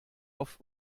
auf